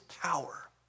power